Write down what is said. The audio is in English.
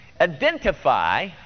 identify